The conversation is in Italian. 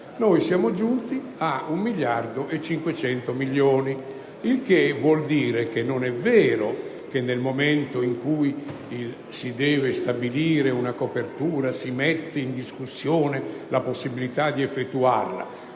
siamo giunti ad un miliardo e mezzo di euro, il che vuol dire che non è vero che nel momento in cui si deve stabilire una copertura si mette in discussione la possibilità di effettuare